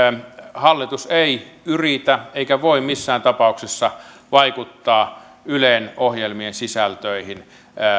hallitus ei yritä eikä voi missään tapauksessa vaikuttaa ylen ohjelmien sisältöihin